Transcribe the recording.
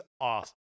awesome